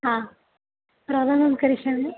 हा प्रदानम् करिष्यामि